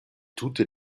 tute